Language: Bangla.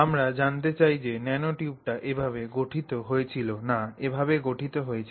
আমরা জানতে চাই যে ন্যানোটিউবটি এভাবে গঠিত হয়েছিল না এভাবে গঠিত হয়েছিল